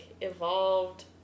evolved